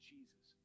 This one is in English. Jesus